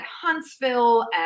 Huntsville